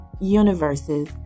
universes